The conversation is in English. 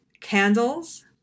candles